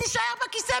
תישאר בכיסא,